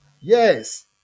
Yes